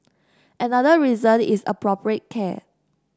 another reason is appropriate care